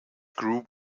group